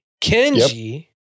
Kenji